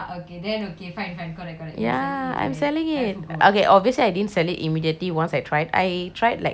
ya I'm selling it okay obviously I didn't sell it immediately once I tried I tried like five tries